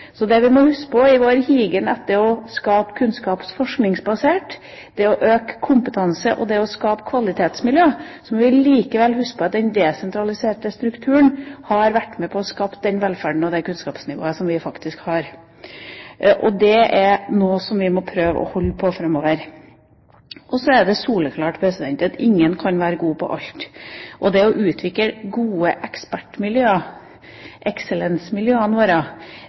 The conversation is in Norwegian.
Så det vi må huske på i vår higen etter å skape forskningsbasert kunnskap, er å øke kompetansen og skape kvalitetsmiljø. Så må vi likevel huske på at den desentraliserte strukturen har vært med på å skape den velferden og det kunnskapsnivået som vi faktisk har. Det er noe som vi må prøve å holde på framover. Så er det soleklart at ingen kan være god på alt. Det å utvikle gode ekspertmiljøer – eksellensmiljøene våre